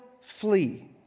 flee